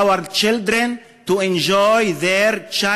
והיא התחילה ללמד ונהפכה למורה אחרי שבניה קיבלו שוק וזעזוע